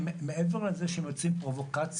מעבר לזה שהם עושים פרובוקציות,